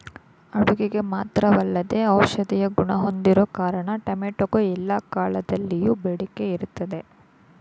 ಅಡುಗೆಗೆ ಮಾತ್ರವಲ್ಲದೇ ಔಷಧೀಯ ಗುಣ ಹೊಂದಿರೋ ಕಾರಣ ಟೊಮೆಟೊಗೆ ಎಲ್ಲಾ ಕಾಲದಲ್ಲಿಯೂ ಬೇಡಿಕೆ ಇರ್ತದೆ